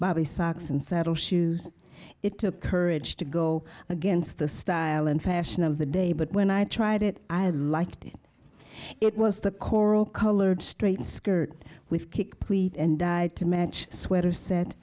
bobby socks and saddle shoes it took courage to go against the style and fashion of the day but when i tried it i liked it it was the coral colored straight skirt with qik pleat and dyed to match sweater set